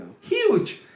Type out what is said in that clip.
huge